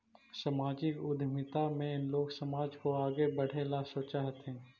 सामाजिक उद्यमिता में लोग समाज को आगे बढ़े ला सोचा हथीन